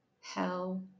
Hell